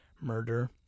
murder